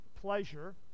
pleasure